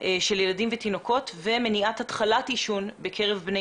של ילדים ותינוקות ומניעת התחלת עישון בקרב בני